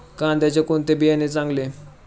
कांद्याचे कोणते बियाणे चांगले?